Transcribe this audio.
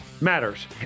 matters